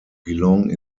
belong